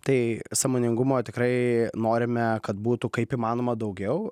tai sąmoningumo tikrai norime kad būtų kaip įmanoma daugiau